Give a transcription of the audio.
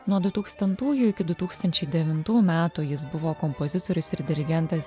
nuo du tūkstantųjų iki du tūkstančiai devintų metų jis buvo kompozitorius ir dirigentas